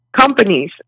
companies